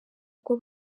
ubwo